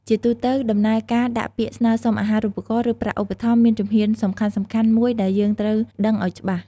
ជាទូទៅ ដំណើរការដាក់ពាក្យស្នើសុំអាហារូបករណ៍ ឬប្រាក់ឧបត្ថម្ភមានជំហានសំខាន់ៗមួយដែលយើងត្រូវដឹងអោយច្បាស់។